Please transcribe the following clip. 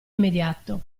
immediato